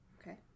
Okay